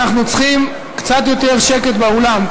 אנחנו צריכים קצת יותר שקט באולם,